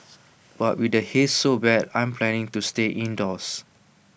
but with the haze so bad I'm planning to stay indoors